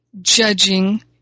judging